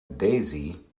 daisy